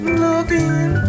looking